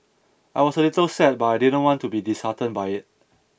I was a little sad but I didn't want to be disheartened by it